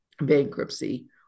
bankruptcy